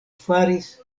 faris